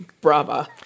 brava